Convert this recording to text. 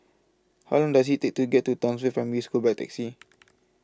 How Long Does IT Take to get to Townsville Primary School By Taxi